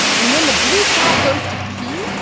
and when the blue crab goes to pee,